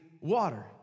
water